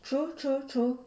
true true true